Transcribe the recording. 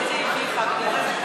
זה קרה בגלל שהיה תרגיל פוליטי,